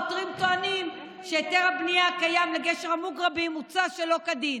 העותרים טוענים שהיתר הבנייה הקיים לגשר המוגרבים הוצא שלא כדין.